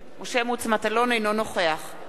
אינו נוכח אברהם מיכאלי,